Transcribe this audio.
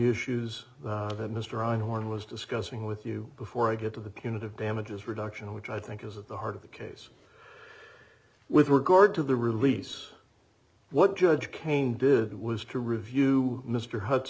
issues that mr einhorn was discussing with you before i get to the punitive damages reduction which i think is at the heart of the case with regard to the release what judge cain did was to review mr huts